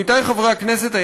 עמיתי חברי הכנסת,